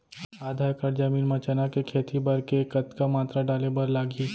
आधा एकड़ जमीन मा चना के खेती बर के कतका मात्रा डाले बर लागही?